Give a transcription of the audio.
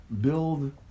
build